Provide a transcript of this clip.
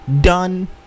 done